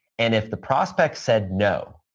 and if the prospect said no,